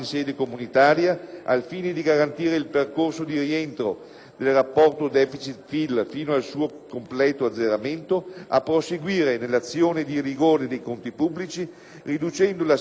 completo azzeramento, a proseguire nell'azione di rigore dei conti pubblici riducendo la spesa corrente e senza ricorrere all'utilizzo della leva fiscale e all'incremento della pressione fiscale complessiva.